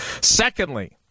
Secondly